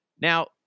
Now